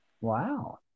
Wow